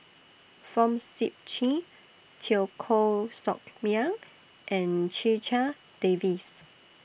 Fong Sip Chee Teo Koh Sock Miang and Checha Davies